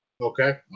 Okay